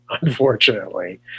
unfortunately